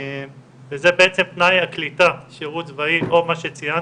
וזה בעצם תנאי הקליטה, שירות צבאי או מה שציינתי,